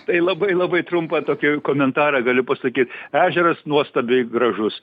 tai labai labai trumpą tokį komentarą gali pasakyt ežeras nuostabiai gražus